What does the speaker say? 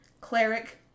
Cleric